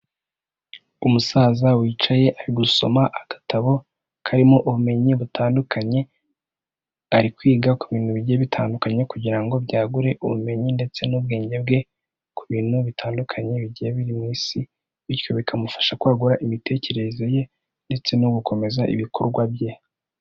Umusaza wicaye ari gusoma agatabo karimo ubumenyi butandukanye, ari kwiga ku bintu bigiye bitandukanye kugira byagure ubumenyi ndetse n'ubwenge bwe ku bintu bitandukanye bigiye biri mu isi, bityo bikamufasha kwagura imitekerereze ye ndetse no gukomeza ibikorwa bye.